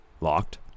locked